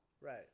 Right